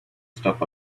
stuff